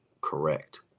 Correct